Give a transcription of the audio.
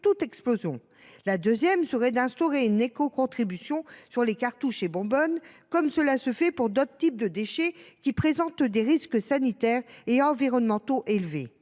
toute explosion. La deuxième serait d’instaurer une écocontribution sur les cartouches et bonbonnes, comme cela se fait pour d’autres types de déchets qui présentent des risques sanitaires et environnementaux élevés.